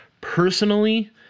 Personally